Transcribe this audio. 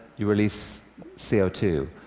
you release c o two.